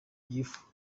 gifu